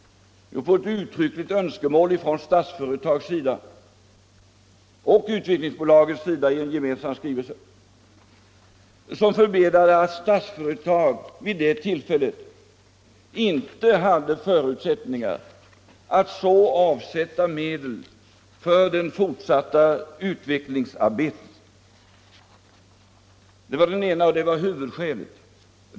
Jo, på uttryckligt önskemål i en gemensam skrivelse av Statsföretag och Utvecklingsbolaget, som förmenade att Statsföretag vid det tillfället inte hade förutsättningar att avsätta medel för det fortsatta utvecklingsarbetet. Detta var huvudskälet.